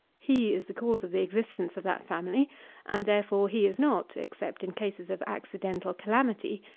he is the cause of the existence of that family and, therefore, he is not, except in cases of accidental calamity,